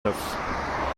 neuf